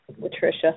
Patricia